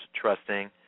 trusting